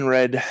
Red